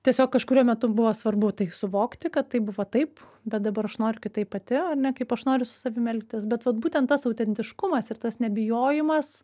tiesiog kažkuriuo metu buvo svarbu tai suvokti kad tai buvo taip bet dabar aš noriu kitaip pati ar ne kaip aš noriu su savim elgtis bet vat būtent tas autentiškumas ir tas nebijojimas